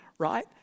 Right